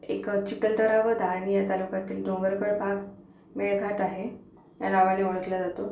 एक चिखलदरा व धारणी या तालुक्यातील डोंगर प्रभाग मेळघाट आहे या नावाने ओळखला जातो